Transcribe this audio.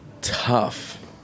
Tough